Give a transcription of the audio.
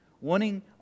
wanting